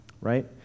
right